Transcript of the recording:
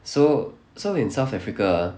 so so in south africa ah